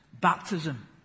baptism